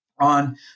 on